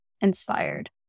inspired